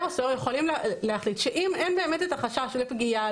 או סוהר יכולים להחליט שאם אין את החשש לפגיעה,